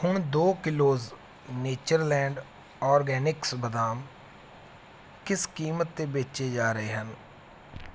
ਹੁਣ ਦੋ kilos Natureland organics ਬਦਾਮ ਕਿਸ ਕੀਮਤ 'ਤੇ ਵੇਚੇ ਜਾ ਰਹੇ ਹਨ